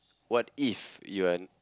what if you are